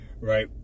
right